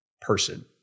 person